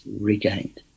Regained